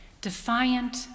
Defiant